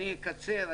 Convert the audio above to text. אני אקצר.